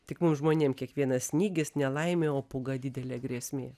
tik mum žmonėm kiekvienas snygis nelaimė o pūga didelė grėsmė